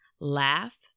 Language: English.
Laugh